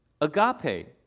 Agape